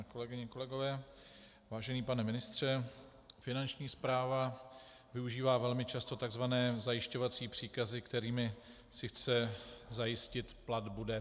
Kolegyně a kolegové, vážený pane ministře, Finanční správa využívá velmi často takzvané zajišťovací příkazy, kterými si chce zajistit platbu DPH.